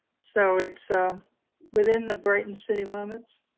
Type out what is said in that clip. so, it's ah within the brighton city limits.